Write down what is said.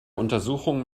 untersuchung